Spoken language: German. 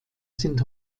sind